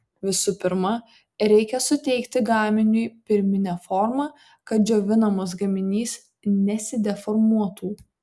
visų pirma reikia suteikti gaminiui pirminę formą kad džiovinamas gaminys nesideformuotų